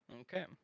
Okay